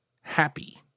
happy